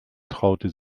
traute